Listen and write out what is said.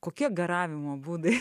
kokie garavimo būdai